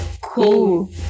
cool